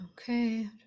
okay